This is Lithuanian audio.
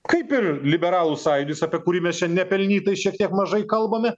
kaip ir liberalų sąjūdis apie kurį mes čia nepelnytai šiek tiek mažai kalbame